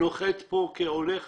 שנוחת פה כעולה חדש,